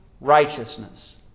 righteousness